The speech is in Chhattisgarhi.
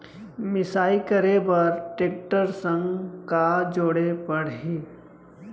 मिसाई करे बर टेकटर संग का जोड़े पड़ही?